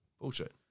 Bullshit